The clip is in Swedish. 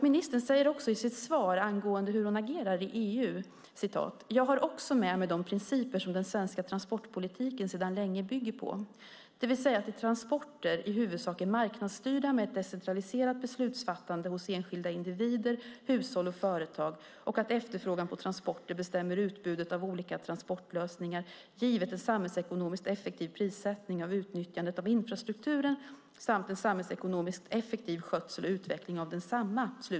Ministern säger också i sitt svar angående hur hon agerar i EU: "Jag har också med mig de principer som den svenska transportpolitiken sedan länge bygger på, det vill säga att transporter i huvudsak är marknadsstyrda med ett decentraliserat beslutsfattande hos enskilda individer, hushåll och företag och att efterfrågan på transporter bestämmer utbudet av olika transportlösningar, givet en samhällsekonomiskt effektiv prissättning av utnyttjandet av infrastrukturen samt en samhällsekonomiskt effektiv skötsel och utveckling av densamma."